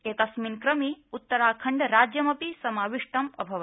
एतस्मिन् क्रमे उत्तराखण्डराज्यमपि समाविष्टमस्ति